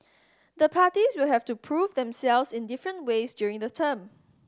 the parties will have to prove themselves in different ways during term